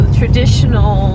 traditional